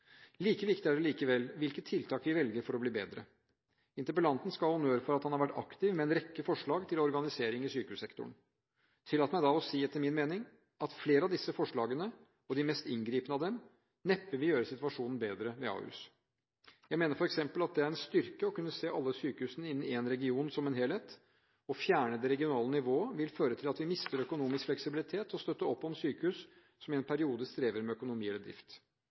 Like viktig er det likevel hvilke tiltak vi velger for å bli bedre. Interpellanten skal ha honnør for at han vært aktiv med en rekke forslag til organisering i sykehussektoren. Tillat meg da å si at etter min mening vil flere av disse forslagene – og de mest inngripende av dem – neppe gjøre situasjonen bedre ved Ahus. Jeg mener f.eks. at det er en styrke å kunne se alle sykehusene innen en region som en helhet. Å fjerne det regionale nivået vil føre til at vi mister økonomisk fleksibilitet til å støtte opp om sykehus som i en periode strever med økonomi og drift.